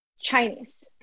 Chinese